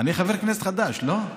אני חבר כנסת חדש, לא?